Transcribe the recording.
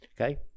Okay